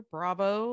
Bravo